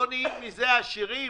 לא נהיים עשירים מזה,